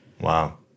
Wow